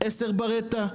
10 ברטה,